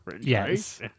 yes